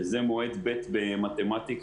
שזה מועד ב' במתמטיקה